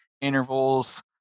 intervals